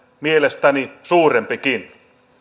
mielestäni suurempikin